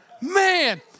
man